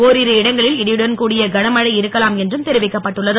ஒரிரு இடங்களில் இடியுடன் கூடிய கனமழை இருக்கலாம் என்றும் தெரிவிக்கப்பட்டுள்ளது